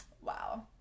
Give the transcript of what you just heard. Wow